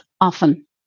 often